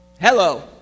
Hello